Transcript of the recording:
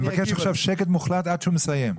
אני מבקש עכשיו שקט מוחלט עד שהוא מסיים.